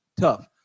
tough